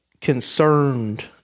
concerned